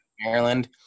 Maryland